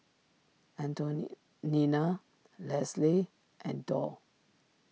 Nina Lesly and Doll